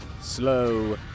slow